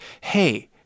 hey